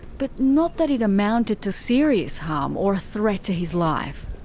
but not that it amounted to serious harm or a threat to his life.